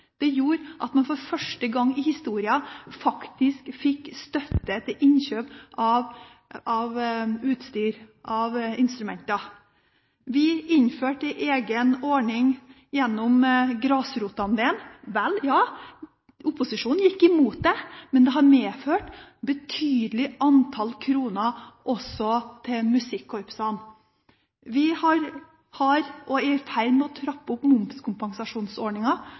Det gjorde at man for første gang i historien fikk støtte til innkjøp av utstyr – av instrumenter. Vi innførte en egen ordning gjennom Grasrotandelen. Vel, opposisjonen gikk imot det, men det har medført et betydelig antall kroner også til musikkorpsene. Vi er i ferd med å trappe opp